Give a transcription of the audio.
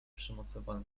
przymocowane